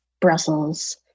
Brussels